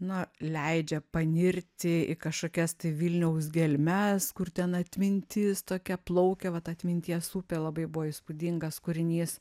na leidžia panirti į kažkokias tai vilniaus gelmes kur ten atmintis tokia plaukia vat atminties upė labai buvo įspūdingas kūrinys